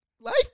Life